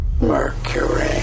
Mercury